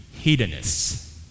Hedonists